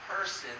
person